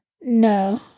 No